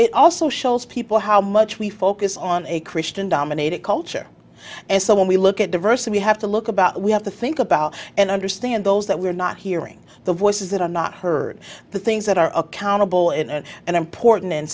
it also shows people how much we focus on a christian dominated culture and so when we look at diversity have to look about we have to think about and understand those that we're not hearing the voices that are not heard the things that are accountable and and important